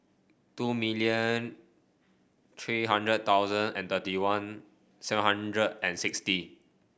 two million three hundred thousand and thirty one seven hundred and sixty